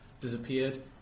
disappeared